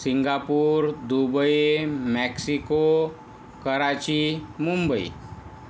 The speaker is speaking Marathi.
Singapore Dubai Mexico Karachi Mumbai